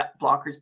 blockers